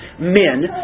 men